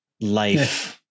life